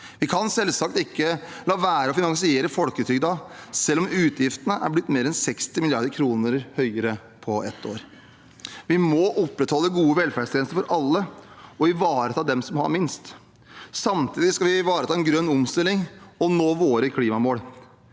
Vi kan selvsagt ikke la være å finansiere folketrygden, selv om utgiftene er blitt mer enn 60 mrd. kr høyere på ett år. Vi må opprettholde gode velferdstjenester for alle og ivareta dem som har minst. Samtidig skal vi ivareta en grønn omstilling og nå våre klimamål.